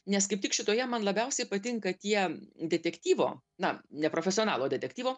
nes kaip tik šitoje man labiausiai patinka tie detektyvo na neprofesionalo detektyvo